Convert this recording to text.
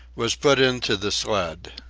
was put into the sled.